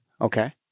Okay